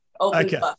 Okay